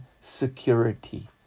security